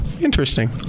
Interesting